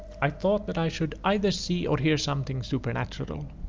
i thought that i should either see or hear something supernatural.